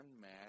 man